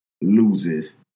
loses